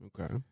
Okay